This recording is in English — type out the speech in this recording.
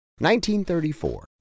1934